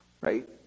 right